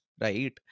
right